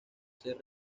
ser